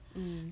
mm